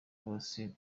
bose